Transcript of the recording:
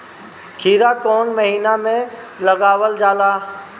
खीरा कौन महीना में लगावल जाला?